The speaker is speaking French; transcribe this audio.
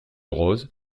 rose